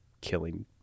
killing